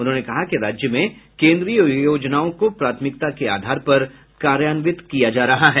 उन्होंने कहा कि राज्य में केन्द्रीय योजनाओं को प्राथमिकता के आधार पर कार्यान्वित किया जा रहा है